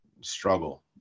struggle